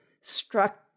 struck